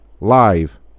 live